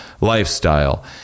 lifestyle